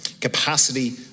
capacity